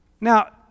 Now